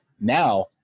now